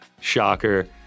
Shocker